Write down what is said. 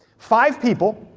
five people,